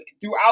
throughout